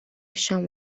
شام